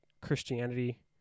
Christianity